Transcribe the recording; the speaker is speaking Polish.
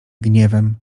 gniewem